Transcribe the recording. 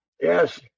Yes